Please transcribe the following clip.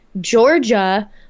georgia